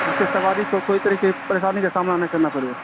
جس سے سواری کو کوئی طریقے کی پریشانی کا سامنا نہ کرنا پڑے